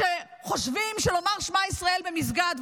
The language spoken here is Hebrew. וכשחושבים שלומר שמע ישראל במסגד,